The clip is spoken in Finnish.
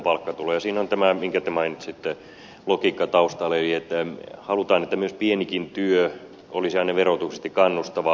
siinä on tämä logiikka taustalla minkä te mainitsitte eli että halutaan että pienikin työ olisi aina verotuksellisesti kannustavaa